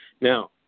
Now